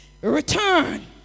Return